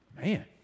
man